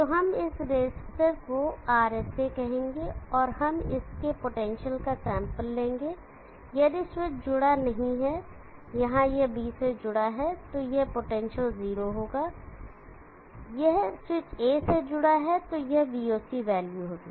तो हम इस रेसिस्टर को Rsa कहेंगे और हम इसके पोटेंशियल का सैंपल लेंगे यदि स्विच जुड़ा नहीं है यहाँ यह B से जुड़ा है तो यह पोटेंशियल 0 होगा यह स्विच A से जुड़ा हुआ है तो यह voc वैल्यू होगी